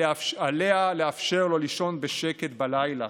עליה לאפשר לו לישון בשקט בלילה,